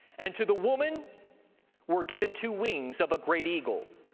and to the woman were given two wings of a great eagle,